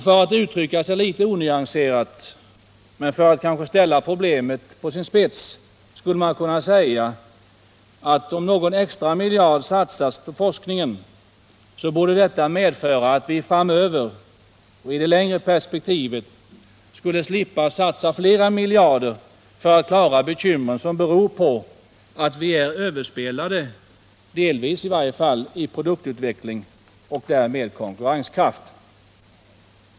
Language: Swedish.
För att uttrycka sig litet onyanserat men kanske för att ställa problemet på dess spets skulle man kunna säga att någon extra miljard satsad på forskning borde medföra att vi framöver slipper att satsa flera miljarder för att klara de bekymmer som beror på att vi —- i varje fall delvis — är överspelade i produktutveckling och därmed i konkurrenskraft.